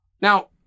Now